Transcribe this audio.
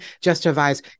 justifies